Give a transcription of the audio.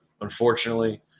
Unfortunately